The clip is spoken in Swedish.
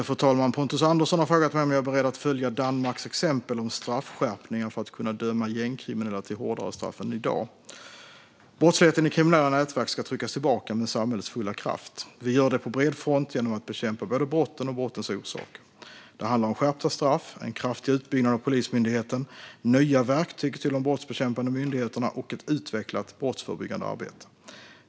Fru talman! Pontus Andersson har frågat mig om jag är beredd att följa Danmarks exempel när det gäller straffskärpningar för att kunna döma gängkriminella till hårdare straff än i dag. Brottsligheten i kriminella nätverk ska tryckas tillbaka med samhällets fulla kraft. Vi gör det på bred front genom att bekämpa både brotten och brottens orsaker. Det handlar om skärpta straff, en kraftig utbyggnad av Polismyndigheten, nya verktyg till de brottsbekämpande myndigheterna och ett utvecklat brottsförebyggande arbete.